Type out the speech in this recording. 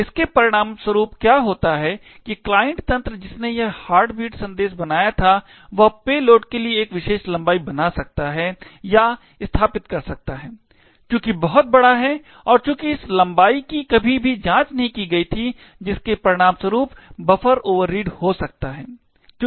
तो इसके परिणामस्वरूप क्या हो सकता है कि क्लाइंट तंत्र जिसने यह हार्टबीट संदेश बनाया था वह पेलोड के लिए एक विशेष लंबाई बना सकता है या स्थापित कर सकता है जो कि बहुत बड़ा है और चूंकि इस लंबाई की कभी भी जांच नहीं की गई थी जिसके परिणामस्वरूप बफर ओवररीड हो सकता है